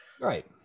Right